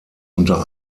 unter